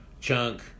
Chunk